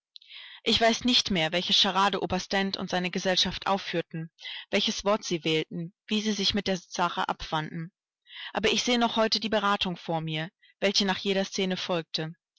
ich weiß nicht mehr welche charade oberst dent und seine gesellschaft aufführten welches wort sie wählten wie sie sich mit der sache abfanden aber ich sehe noch heute die beratung vor mir welche nach jeder scene folgte